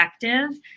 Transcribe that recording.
effective